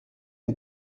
you